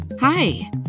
Hi